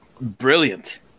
brilliant